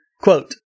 Quote